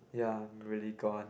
ya I'm really gone